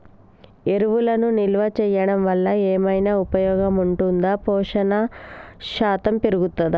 ఎరువులను నిల్వ చేయడం వల్ల ఏమైనా ఉపయోగం ఉంటుందా పోషణ శాతం పెరుగుతదా?